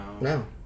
No